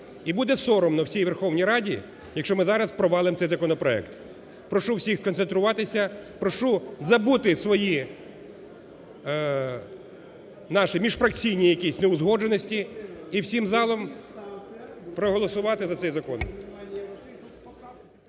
І буде соромно всій Верховній Раді, якщо ми зараз провалимо цей законопроект. Прошу всіх сконцентруватися, прошу забути наші міжфракційні якісь неузгодженості і всім залом проголосувати за цей закон.